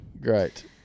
Great